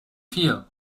feel